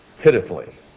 pitifully